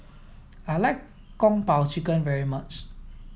I like Kung Po chicken very much